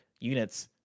units